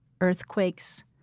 earthquakes